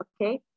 Okay